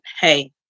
hey